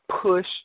push